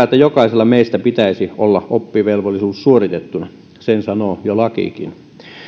että jokaisella meistä pitäisi olla oppivelvollisuus suoritettuna sen sanoo jo lakikin